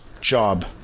job